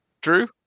Drew